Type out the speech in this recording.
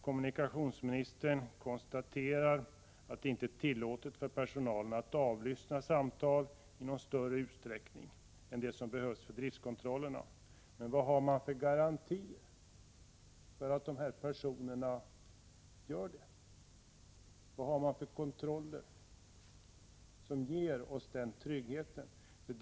Kommunikationsministern konstaterar att det inte är tillåtet för personalen att avlyssna samtal i större utsträckning än vad som behövs för driftkontrollen. Men vad har man för garanti för att de här personerna inte gör det? Vilka kontroller finns det som kan ge oss den tryggheten?